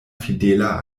fidela